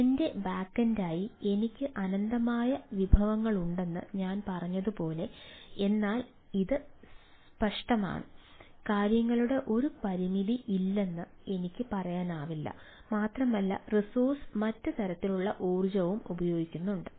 എന്റെ ബാക്കെൻഡായി എനിക്ക് അനന്തമായ വിഭവങ്ങളുണ്ടെന്ന് ഞാൻ പറഞ്ഞതുപോലെ എന്നാൽ ഇത് സ്പഷ്ടമാണ് കാര്യങ്ങളുടെ ഒരു പരിമിതി ഇല്ലെന്ന് എനിക്ക് പറയാനാവില്ല മാത്രമല്ല റിസോഴ്സസ് മറ്റ് തരത്തിലുള്ള ഊർജ്ജവും ഉപയോഗിക്കുന്നുണ്ട്